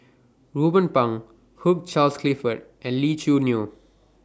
Ruben Pang Hugh Charles Clifford and Lee Choo Neo